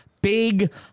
Big